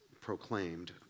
proclaimed